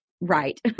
right